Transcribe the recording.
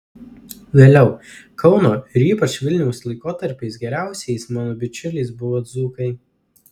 vėliau kauno ir ypač vilniaus laikotarpiais geriausiais mano bičiuliais buvo dzūkai